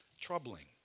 troubling